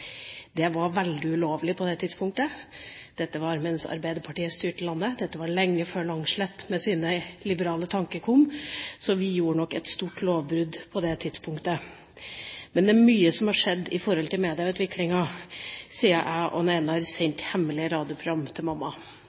Det var veldig ulovlig på det tidspunktet. Dette var mens Arbeiderpartiet styrte landet og lenge før Langslet med sine liberale tanker kom. Så vi gjorde nok et stort lovbrudd på det tidspunktet. Det er mye som har skjedd når det gjelder medieutviklinga siden jeg og Einar sendte hemmelige radioprogram til mamma.